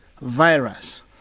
virus